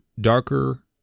darker